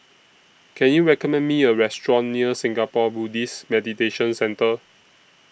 Can YOU recommend Me A Restaurant near Singapore Buddhist Meditation Centre